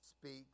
speaks